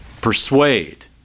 persuade